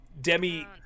demi